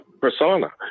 persona